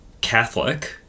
Catholic